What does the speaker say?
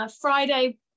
Friday